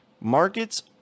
Markets